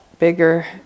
bigger